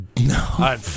No